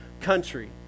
country